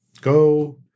Go